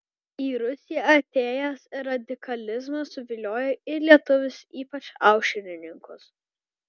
į rusiją atėjęs radikalizmas suviliojo ir lietuvius ypač aušrininkus